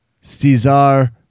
Cesar